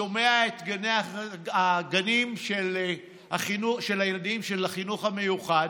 אני שומע את הגנים של הילדים של החינוך המיוחד,